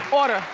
order,